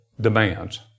demands